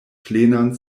plenan